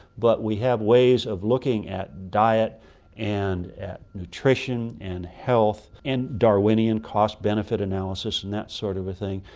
but we have ways of looking at diet and at nutrition and health and darwinian cost-benefit analysis and that sort of thing,